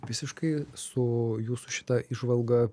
visiškai su jūsų šita įžvalga